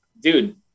Dude